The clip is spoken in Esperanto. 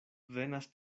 venas